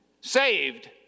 Saved